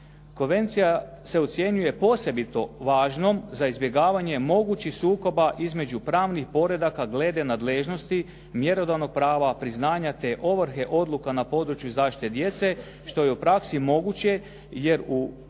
Konvencija se ocjenjuje posebito važnom za izbjegavanje mogućih sukoba između pravnih poredaka glede nadležnosti, mjerodavnog prava priznanja te ovrhe odluka na području zaštite djece što je u praksi moguće jer u pravilu